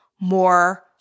more